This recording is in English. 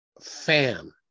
fan